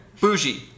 Bougie